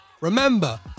Remember